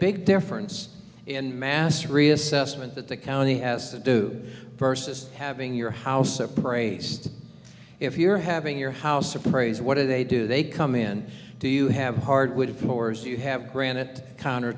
big difference in mass reassessment that the county has to do versus having your house appraised if you're having your house appraiser what do they do they come in do you have hardwood floors you have granite